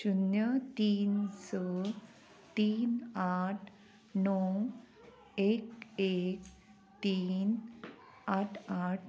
शुन्य तीन स तीन आठ णव एक एक तीन आठ आठ